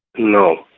no,